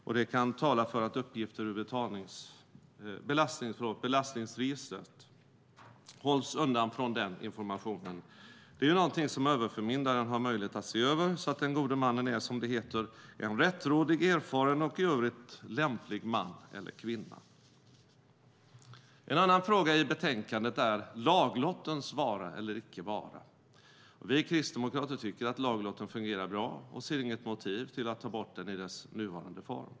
Och det kan tala för att uppgifter ur belastningsregistret hålls undan från den informationen. Det är ju någonting som överförmyndaren har möjlighet att se över så att den gode mannen är som det heter "en rättrådig, erfaren och i övrigt lämplig man eller kvinna". En annan fråga i betänkandet är laglottens vara eller icke vara. Vi kristdemokrater tycker att laglotten fungerar bra och ser inget motiv till att ta bort den i dess nuvarande form.